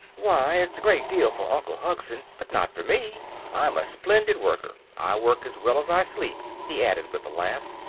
why, it's a great deal for uncle hugson, but not for me. i'm a splendid worker. i work as well as i sleep, he added, with a laugh.